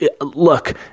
look